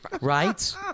Right